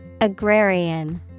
Agrarian